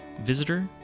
Visitor